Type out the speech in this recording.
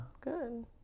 Good